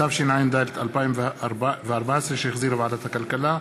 התשע"ד 2014, שהחזירה ועדת הכלכלה,